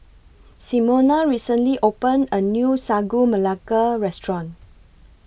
Simona recently opened A New Sagu Melaka Restaurant